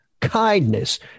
kindness